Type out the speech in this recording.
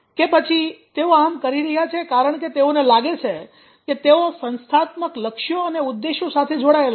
કે પછી તેઓ આમ કરી રહ્યાં છે કારણ કે તેઓને લાગે છે કે તેઓ સંસ્થાત્મક લક્ષ્યો અને ઉદ્દેશો સાથે જોડાયેલા છે